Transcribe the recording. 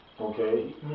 okay